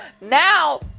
Now